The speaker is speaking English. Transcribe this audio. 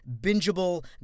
bingeable